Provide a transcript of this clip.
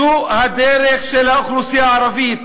זו הדרך של האוכלוסייה הערבית.